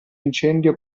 incendio